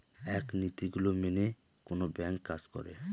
এক নীতি গুলো মেনে কোনো ব্যাঙ্ক কাজ করে